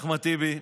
אחמד טיבי,